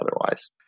otherwise